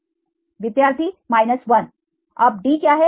विद्यार्थी 1 अब D क्या है